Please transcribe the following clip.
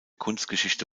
kunstgeschichte